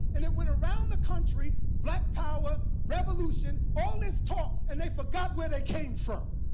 and it went around the country. black power, revolution all this talk and they forgot where they came from.